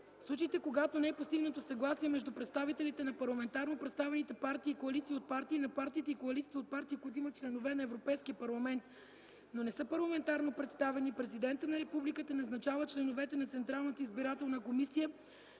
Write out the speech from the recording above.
случаите когато не е постигнато съгласие между представителите на парламентарно представените партии и коалиции от партии и на партиите и коалициите от партии, които имат членове на Европейския парламент, но не са парламентарно представени, президентът на републиката назначава членовете на Централната избирателна комисия